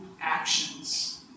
actions